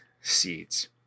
seeds